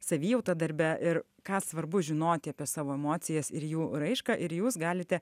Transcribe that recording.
savijautą darbe ir ką svarbu žinoti apie savo emocijas ir jų raišką ir jūs galite